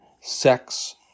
sex